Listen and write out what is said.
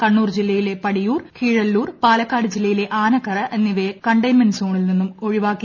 കണ്ണൂർ ജില്ലയിലെ പടിയൂർ കീഴല്ലൂർ പാലക്കാട് ജില്ലയിലെ ആനക്കര എന്നിവയെ കണ്ടൈയ്ൻമെന്റ് സോണിൽ നിന്നും ഒഴിവാക്കി